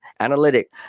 analytic